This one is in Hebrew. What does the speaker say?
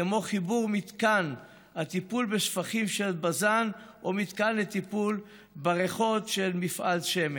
כמו חיבור מתקן הטיפול לשפכים של בז"ן או מתקן לטיפול בריחות ממפעל שמן,